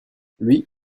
lui